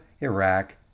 Iraq